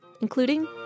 including